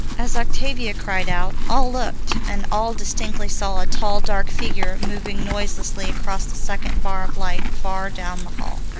as octavia cried out, all looked, and all distinctly saw a tall, dark figure moving noiselessly across the second bar of light far down the hall.